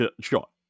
shot